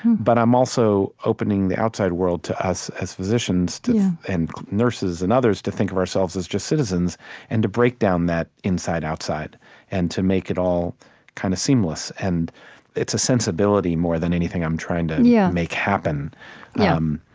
but i'm also opening the outside world to us as physicians and nurses and others, to think of ourselves as just citizens and to break down that inside outside and to make it all kind of seamless. it's a sensibility, more than anything i'm trying to yeah make happen yeah, um